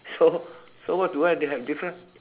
so so what do I they have different